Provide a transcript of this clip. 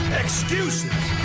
excuses